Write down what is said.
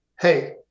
hey